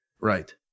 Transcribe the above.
Right